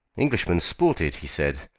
englishmen sported, he said,